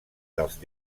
dels